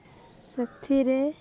ସେଥିରେ